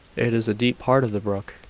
it is a deep part of the brook,